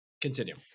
continue